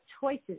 choices